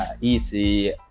easy